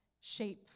shape